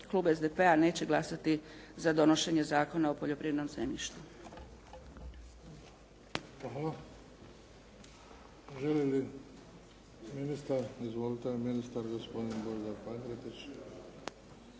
klub SDP-a neće glasati za donošenje Zakona o poljoprivrednom zemljištu.